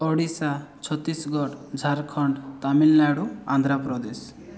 Odisha Chhattisgarh Jharkhand Tamil Nadu Andhra Pradesh